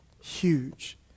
Huge